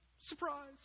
Surprise